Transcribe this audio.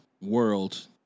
World